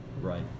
right